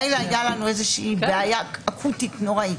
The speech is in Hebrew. מילא הייתה לנו איזושהי בעיה אקוטית נוראית,